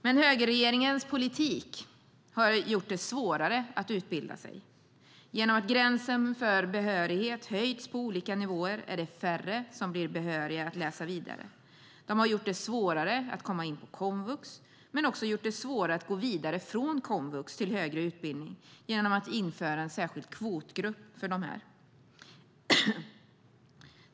Men högerregeringens politik har gjort det svårare att utbilda sig. Genom att gränsen för behörighet höjts på olika nivåer är det färre som blir behöriga att läsa vidare. De har gjort det svårare att komma in på komvux, men också gjort det svårare att gå vidare från komvux till högre utbildning genom att införa en särskild kvotgrupp för dessa.